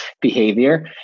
behavior